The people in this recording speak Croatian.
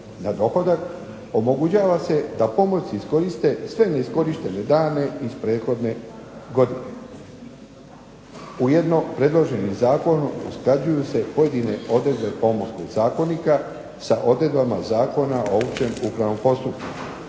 na dohodak omogućava se da pomorci iskoriste sve neiskorištene dane iz prethodne godine. Ujedno, predloženim zakonom usklađuju se pojedine odredbe Pomorskog zakonika sa odredbama Zakona o općem upravnom postupku.